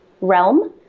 realm